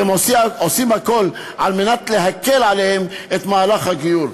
והם עושים הכול על מנת להקל עליהם את מהלך הגיור.